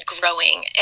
growing